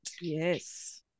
Yes